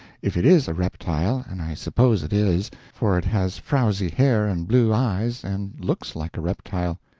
if it is a reptile, and i suppose it is for it has frowzy hair and blue eyes, and looks like a reptile.